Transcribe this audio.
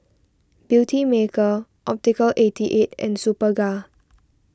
Beautymaker Optical eighty eight and Superga